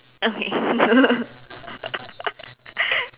okay